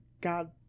God